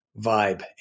vibe